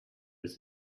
with